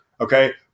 Okay